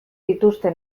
dituzte